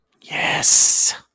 Yes